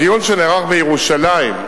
בדיון שנערך בירושלים,